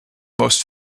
most